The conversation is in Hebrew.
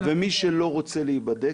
מי שלא רוצה להיבדק,